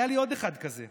היה לי עוד אחד כזה.